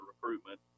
recruitment